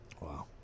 Wow